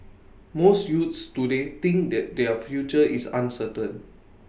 most youths today think that their future is uncertain